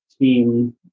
team